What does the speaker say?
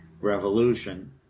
revolution